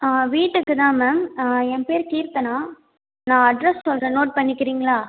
வீட்டுக்குதான் ma'am என் பேர் கீர்த்தனா நான் அட்ரஸ் சொல்கிறேன் நோட் பண்ணிக்கிறீங்களா